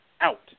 out